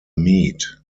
meet